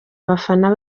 abafana